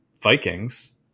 Vikings